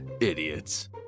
Idiots